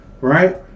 Right